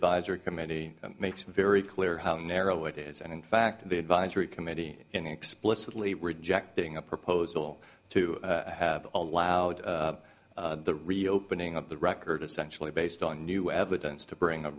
visor committee makes very clear how narrow it is and in fact the advisory committee in explicitly rejecting a proposal to have allowed the reopening of the record essentially based on new evidence to bring a